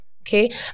okay